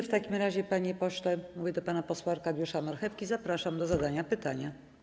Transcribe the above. W takim razie, panie pośle, mówię do pana posła Arkadiusza Marchewki, zapraszam do zadania pytania.